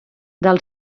del